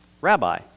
rabbi